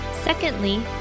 Secondly